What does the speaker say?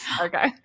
Okay